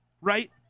right